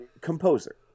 composer